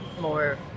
more